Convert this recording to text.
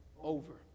over